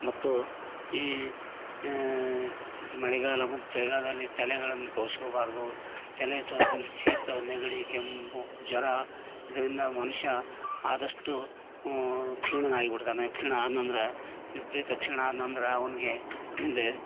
ಮತ್ತು ಈ ಚ್ ಮಳೆಗಾಲ ಮತ್ತು ಚಳಿಗಾಲದಲ್ಲಿ ತಲೆಗಳನ್ನು ತೋಶ್ಕೊಬಾರದು ತಲೆ ಸ್ವ ಶೀತ ನೆಗಡಿ ಕೆಮ್ಮು ಜ್ವರ ಇದರಿಂದ ಮನುಷ್ಯ ಆದಷ್ಟು ಕ್ಷೀಣನಾಗಿ ಬಿಡ್ತಾನೆ ಕ್ಷೀಣ ಆದ್ನಂದ್ರ ವಿಪರೀತ ಕ್ಷೀಣ ಆದ್ನಂದ್ರ ಅವನಿಗೆ ಮುಂದೆ